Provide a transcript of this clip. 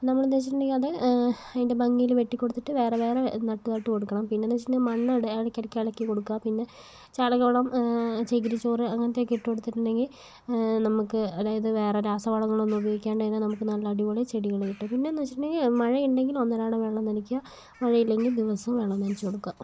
നമ്മള് ഉപയോഗിച്ചിട്ടുണ്ടങ്കിൽ അത് അതിൻ്റെ ഭംഗിയില് വെട്ടി കൊടുത്തിട്ട് വേറെ വേറെ നട്ട് നട്ട് കൊടുക്കണം പിന്നെ എന്ന് വെച്ചിട്ടുണ്ടങ്കി മണ്ണ് ഇടയ്ക്കിടയ്ക്ക് ഇളക്കി കൊടുക്കുക പിന്നെ ചാണക വെള്ളം ചകിരിച്ചോറ് ഇടയ്ക്ക് ഇട്ട് കൊടുത്തിട്ട് ഉണ്ടെങ്കിൽ നമുക്ക് അതായത് വേറെ രാസവളങ്ങള് ഒന്നും ഉപയോഗിക്കാതെ എങ്ങനെ നമുക്ക് നല്ല അടിപൊളി ചെടികള് കിട്ടും പിന്നെ എന്ന് വെച്ചിട്ടുണ്ടങ്കിൽ മഴ ഉണ്ടെങ്കിൽ ഒന്നരാടം വെള്ളം നനയ്ക്കുക മഴ ഇല്ലെങ്കിൽ ദിവസവും വെള്ളം നനച്ച് കൊടുക്കുക